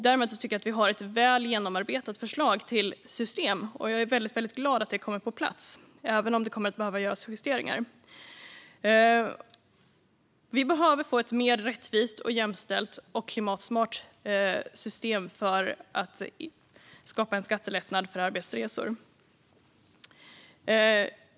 Därmed anser jag att vi har ett väl genomarbetat förslag, och jag är väldigt glad över att det kommer på plats, även om det kommer att behöva göras justeringar. Vi behöver få ett mer rättvist, jämställt och klimatsmart system för skattelättnad för arbetsresor.